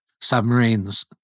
submarines